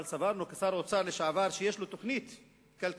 אבל סברנו שכשר אוצר לשעבר יש לו תוכנית כלכלית.